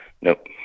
Nope